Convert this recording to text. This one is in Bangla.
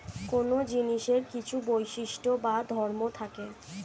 কোন জিনিসের কিছু বৈশিষ্ট্য বা ধর্ম থাকে